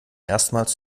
erstmals